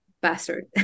bastard